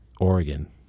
Oregon